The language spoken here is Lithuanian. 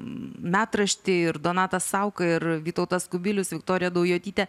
metraštį ir donatas sauka ir vytautas kubilius viktorija daujotytė